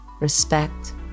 Respect